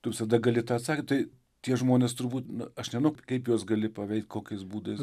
tu visada gali tą atsakė tai tie žmonės turbūt aš nenu kaip juos gali paveikt kokiais būdais